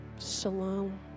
Shalom